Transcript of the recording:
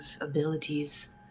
abilities